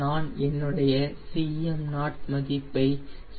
நான் என்னுடைய Cm0 மதிப்பை CL0 மதிப்பில் கணக்கிட வேண்டும்